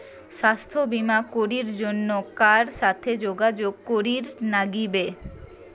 স্বাস্থ্য বিমা করির জন্যে কার সাথে যোগাযোগ করির নাগিবে?